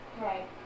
Right